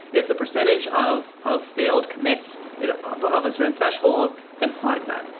if the percentage of of failed comm its is above a certain threshold, then flag that.